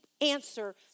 answer